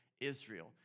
Israel